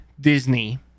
Disney